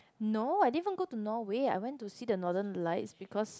no I didn't even go to Norway I went to see the Northern Lights because